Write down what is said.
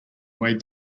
wade